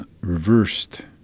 reversed